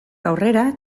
aurrera